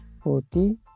poti